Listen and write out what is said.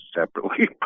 separately